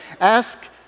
Ask